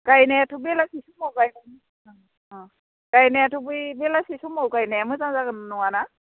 गायनायाथ' बेलासि समाव गायगोन गायनायाथ' बै बेलासि समाव गायनाया मोजां जागोन नङाना